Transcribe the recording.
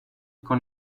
con